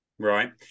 Right